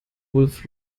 wulff